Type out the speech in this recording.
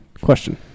question